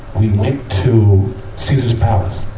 we went to caesar's palace.